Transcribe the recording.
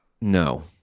No